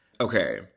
okay